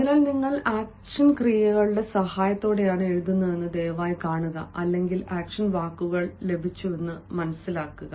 അതിനാൽ നിങ്ങൾ ആക്ഷൻ ക്രിയകളുടെ സഹായത്തോടെയാണ് എഴുതുന്നതെന്ന് ദയവായി കാണുക അല്ലെങ്കിൽ ആക്ഷൻ വാക്കുകൾ എനിക്ക് ലഭിച്ചുവെന്ന് പറയുന്നു